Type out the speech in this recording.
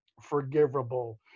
forgivable